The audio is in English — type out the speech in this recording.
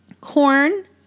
corn